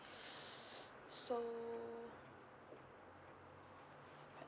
so